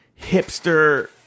hipster